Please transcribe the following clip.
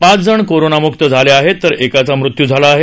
पाच जण कोरोनामुक्त झाले आहेत तर एकाचा मृत्यू झाला आहे